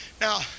Now